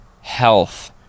health